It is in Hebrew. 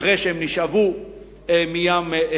אחרי שהם נשאבו מים-סוף.